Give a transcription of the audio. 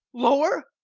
lower!